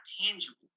tangible